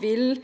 vil